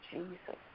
Jesus